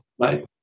Right